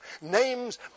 Names